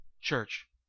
Church